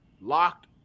locked